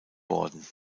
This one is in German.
worden